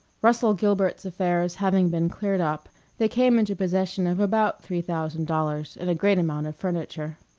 russel gilbert's affairs having been cleared up they came into possession of about three thousand dollars, and a great amount of furniture.